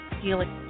healing